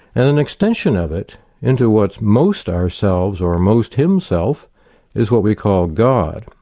and an extension of it into what's most ourselves or most himself is what we call god.